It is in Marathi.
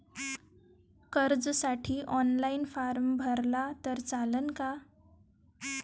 कर्जसाठी ऑनलाईन फारम भरला तर चालन का?